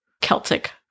Celtic